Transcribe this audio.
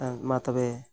ᱢᱟ ᱛᱚᱵᱮ